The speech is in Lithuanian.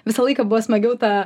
visą laiką buvo smagiau ta